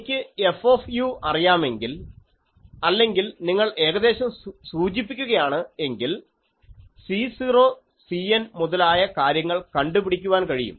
എനിക്ക് F അറിയാമെങ്കിൽ അല്ലെങ്കിൽ നിങ്ങൾ ഏകദേശം സൂചിപ്പിക്കുകയാണ് എങ്കിൽ C0 Cn മുതലായ കാര്യങ്ങൾ കണ്ടുപിടിക്കാൻ കഴിയും